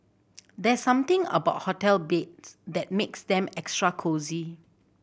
there's something about hotel beds that makes them extra cosy